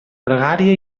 pregària